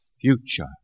future